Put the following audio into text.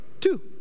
Two